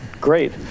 great